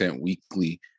weekly